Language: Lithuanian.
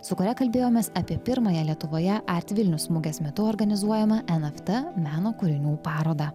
su kuria kalbėjomės apie pirmąją lietuvoje art vilnius mugės metu organizuojamą en ef tė meno kūrinių parodą